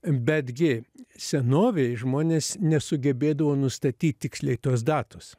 betgi senovėj žmonės nesugebėdavo nustatyt tiksliai tos datos